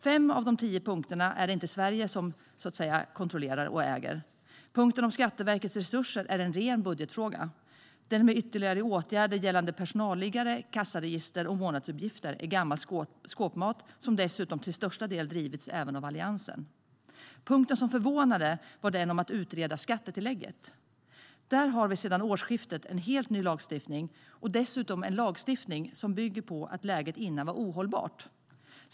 Fem av de tio punkterna är det inte Sverige som, så att säga, kontrollerar och äger. Punkten om Skatteverkets resurser är en ren budgetfråga. Den om ytterligare åtgärder gällande personalliggare, kassaregister och månadsuppgifter är gammal skåpmat som dessutom till största del drivits även av Alliansen. Punkten som förvånade var den om att utreda skattetillägget. Där har vi sedan årsskiftet en helt ny lagstiftning och dessutom en lagstiftning som bygger på att läget dessförinnan var ohållbart.